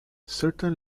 certain